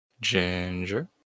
Ginger